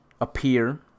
appear